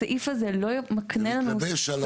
הסעיף הזה לא מקנה לנו --- זה מתלבש על הפקודה.